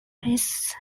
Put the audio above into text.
press